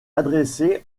adressée